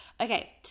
Okay